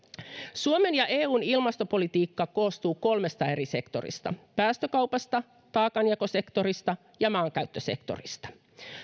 suomen ja eun ilmastopolitiikka koostuu kolmesta eri sektorista päästökaupasta taakanjakosektorista ja maankäyttösektorista